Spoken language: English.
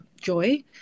joy